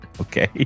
Okay